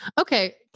Okay